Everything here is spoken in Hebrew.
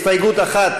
מסעוד גנאים,